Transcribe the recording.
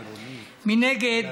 מנגד,